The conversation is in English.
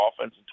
offense